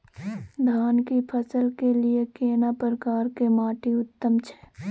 धान की फसल के लिये केना प्रकार के माटी उत्तम छै?